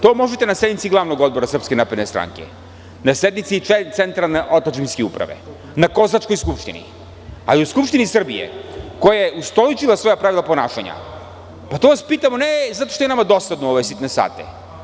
To možete na sednici Glavnog odbora SNS, na sednici Centralne otadžbinske uprave, na kozačkoj skupštini, ali u Skupštini Srbije, koja je ustoličila svoja pravila ponašanja, to vas pitamo ne zato što je nama dosadno u ove sitne sate.